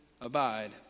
abide